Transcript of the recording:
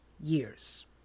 years